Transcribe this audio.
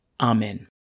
Amen